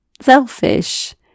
selfish